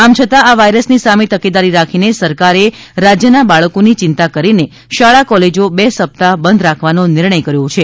આમ છતાં આ વાયરસની સામે તકેદારી રાખીને સરકારે રાજ્યના બાળકોની ચિંતા કરીને શાળા કોલેજો બે સપ્તાહ બંધ રાખવાનો નિર્ણય કરેલો છે